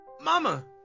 Mama